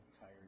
tired